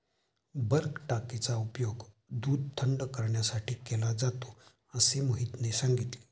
bulk टाकीचा उपयोग दूध थंड करण्यासाठी केला जातो असे मोहितने सांगितले